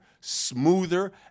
smoother